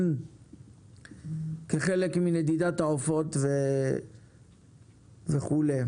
כחלק מנדידת העופות וכו'.